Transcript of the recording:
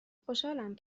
خوشحالم